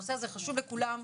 הנושא הזה חשוב לכולם,